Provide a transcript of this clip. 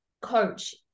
coach